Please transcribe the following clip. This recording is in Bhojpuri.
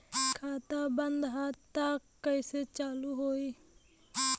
खाता बंद ह तब कईसे चालू होई?